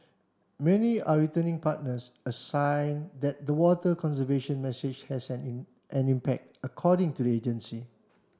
many are returning partners a sign that the water conservation message has an impact according to the agency